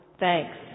Thanks